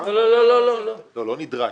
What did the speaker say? לא נדרש.